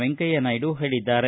ವೆಂಕಯ್ಣನಾಯ್ಡು ಹೇಳಿದ್ದಾರೆ